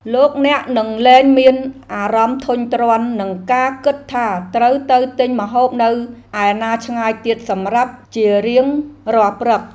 លោកអ្នកនឹងលែងមានអារម្មណ៍ធុញទ្រាន់នឹងការគិតថាត្រូវទៅទិញម្ហូបនៅឯណាឆ្ងាយទៀតសម្រាប់ជារៀងរាល់ព្រឹក។